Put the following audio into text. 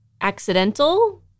accidental